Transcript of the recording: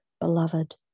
beloved